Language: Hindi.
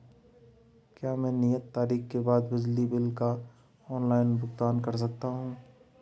क्या मैं नियत तारीख के बाद बिजली बिल का ऑनलाइन भुगतान कर सकता हूं?